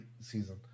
season